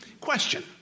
Question